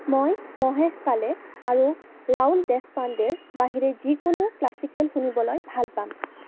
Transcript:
মই মহেশ কালে আৰু ৰাউল দেশপাণ্ডেৰ বাহিৰে যিকোনো ক্লাছিকেল শুনিবলৈ ভাল পাম